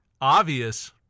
obvious